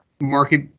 market